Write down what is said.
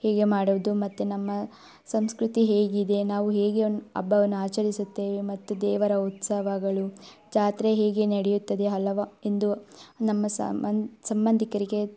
ಹೇಗೆ ಮಾಡೋದು ಮತ್ತು ನಮ್ಮ ಸಂಸ್ಕೃತಿ ಹೇಗಿದೆ ನಾವು ಹೇಗೆ ಹಬ್ಬವನ್ನು ಆಚರಿಸುತ್ತೇವೆ ಮತ್ತು ದೇವರ ಉತ್ಸವಗಳು ಜಾತ್ರೆ ಹೇಗೆ ನಡೆಯುತ್ತದೆ ಹಲವಾ ಎಂದು ನಮ್ಮ ಸಮ್ಮ ಸಂಬಂಧಿಕರಿಗೆ